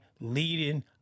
leading